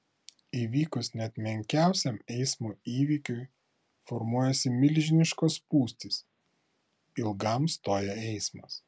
įvykus net menkiausiam eismo įvykiui formuojasi milžiniškos spūstys ilgam stoja eismas